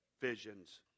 visions